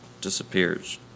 disappears